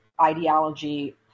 ideology